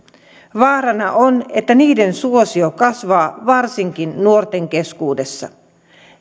vaarana on että niiden suosio kasvaa varsinkin nuorten keskuudessa